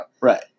Right